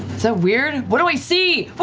so weird? what do i see?